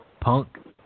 Punk